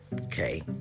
Okay